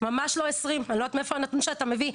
ממש לו 20,000. אני לא יודעת מאיפה הנתון שאתה מביא,